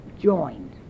joined